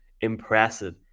impressive